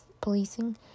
policing